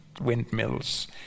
windmills